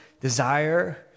desire